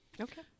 Okay